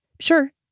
Sure